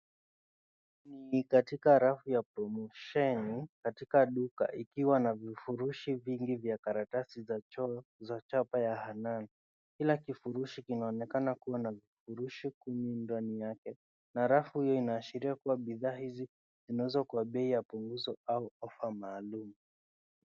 Hii ni katika rafu ya promosheni katika duka ikiwa na vifurushi vingi vya karatasi za choo za chapa ya Hannan . Kila kifurushi kinaonekana kuwa na vifurushi kumi ndani yake, na rafu hiyo inaashiria kuwa bidhaa hizi zinauzwa kwa bei ya punguzo au offer maalum.